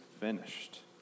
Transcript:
finished